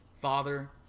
father